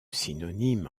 synonyme